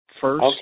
first